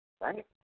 right